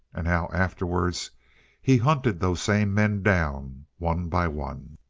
and how afterwards he hunted those same men down one by one.